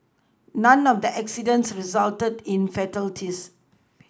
none of the accidents resulted in fatalities